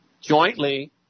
jointly